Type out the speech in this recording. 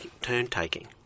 turn-taking